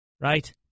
right